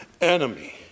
enemy